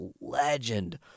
legend